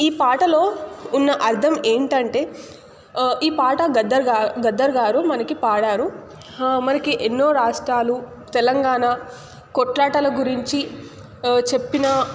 ఈ పాటలో ఉన్న అర్థం ఏంటంటే ఈ పాట గద్దర్ గా గద్దర్ గారు మనకి పాడారు మనకి ఎన్నో రాష్ట్రాలు తెలంగాణ కొట్లాటల గురించి చెప్పిన